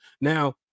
Now